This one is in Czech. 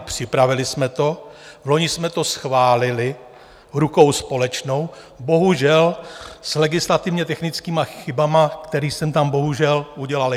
Připravili jsme to, vloni jsme to schválili rukou společnou, bohužel s legislativně technickými chybami, které jsem tam bohužel udělal já.